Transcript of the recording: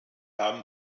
haben